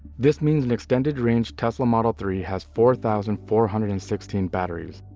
this means an extended range tesla model three has four thousand four hundred and sixteen batteries,